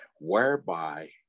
whereby